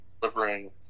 delivering